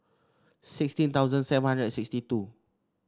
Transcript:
sixteen thousand seven hundred and sixty two